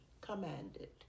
commanded